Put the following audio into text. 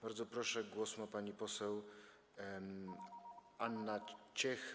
Bardzo proszę, głos ma pani poseł Anna Ciech.